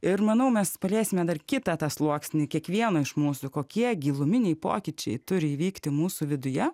ir manau mes paliesime dar kitą tą sluoksnį kiekvieno iš mūsų kokie giluminiai pokyčiai turi įvykti mūsų viduje